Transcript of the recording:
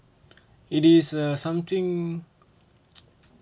it is uh something